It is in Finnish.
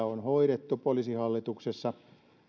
on hoidettu poliisihallituksessa